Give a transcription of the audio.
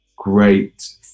Great